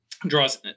draws